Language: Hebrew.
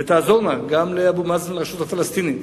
ותעזור להם, גם לאבו מאזן, הרשות הפלסטינית,